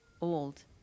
old